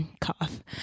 Cough